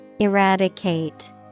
Eradicate